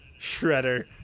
shredder